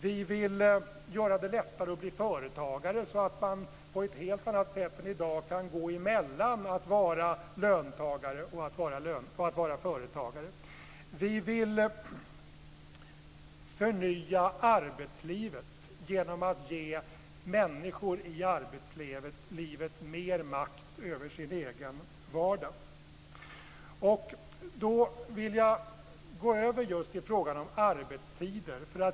Vi vill göra det lättare att bli företagare, så att man på ett helt annat sätt än i dag kan gå emellan att vara löntagare och företagare. Vi vill förnya arbetslivet genom att ge människor i arbetslivet mer makt över sin egen vardag. Jag vill gå över till frågan om arbetstider.